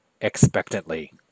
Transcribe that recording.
expectantly